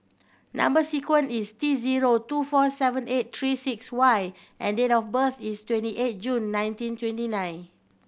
number sequence is T zero two four seven eight three six Y and date of birth is twenty eight June nineteen twenty nine